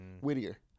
Whittier